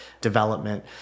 development